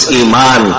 iman